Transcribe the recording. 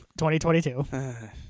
2022